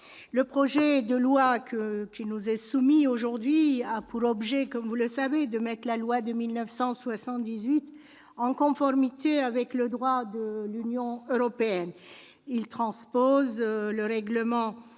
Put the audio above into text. le projet de loi qui nous est soumis aujourd'hui a pour objet de mettre la loi de 1978 en conformité avec le droit de l'Union européenne. Il transpose le règlement